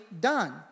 done